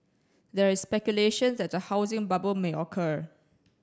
there is speculation that the housing bubble may occur